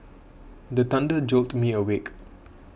the thunder jolt me awake